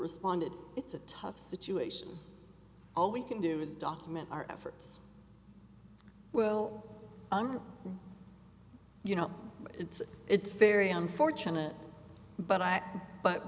responded it's a tough situation all we can do is document our efforts well you know it's it's very unfortunate but i but